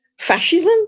fascism